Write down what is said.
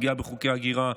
פגיעה בחוקי הגירה,